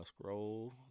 scroll